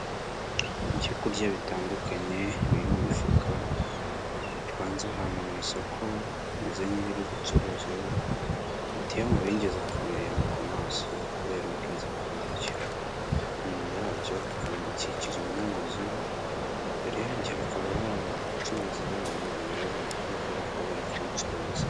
Ibyo kurya bitandukanye biri mu mifuka bipanze ahantu mu isoko, bimeze nk'ibiriri gucuruzwa biteye amabengeza kubireba ku maso kubera ubwiza bwabyo, inyuma yabyo bikaba bikikijwe n'amazu, imbere yabyo hakaba hari abacuruzi babyo bigaragara ko bashobora kuba bari kubicuruza.